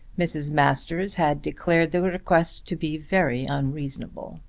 mrs. masters had declared the request to be very unreasonable.